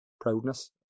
proudness